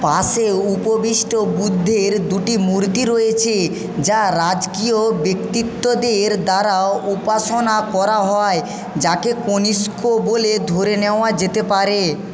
পাশে উপবিষ্ট বুদ্ধের দুটি মূর্তি রয়েছে যা রাজকীয় ব্যক্তিত্বদের দ্বারা উপাসনা করা হয় যাকে কনিষ্ক বলে ধরে নেওয়া যেতে পারে